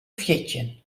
fjirtjin